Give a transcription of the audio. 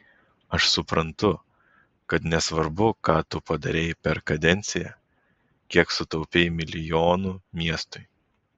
aš suprantu kad nesvarbu ką tu padarei per kadenciją kiek sutaupei milijonų miestui